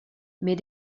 mais